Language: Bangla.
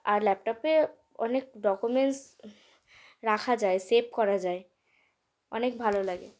আর ল্যাপটপে অনেক ডকুমেন্টস রাখা যায় সেব করা যায় অনেক ভালো লাগে